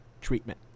treatment